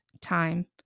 time